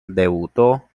debutó